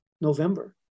november